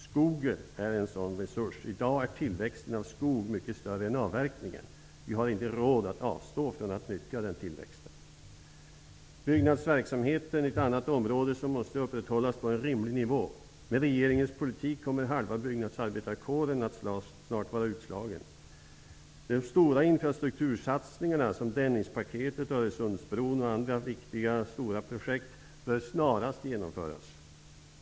Skogen är i det sammanhanget en resurs. I dag är tillväxten av skog mycket större än avverkningen. vi har inte råd att avstå från att nyttja den tillväxten. Byggnadsverksamheten är ett annat område som måste upprätthållas på en rimlig nivå. Med regeringens politik kommer halva byggnadsarbetarkåren snart att vara utslagen. De stora infrastruktursatsningarna som Dennispaketet, Öresundsbron och andra viktiga stora projekt bör snarast genomföras.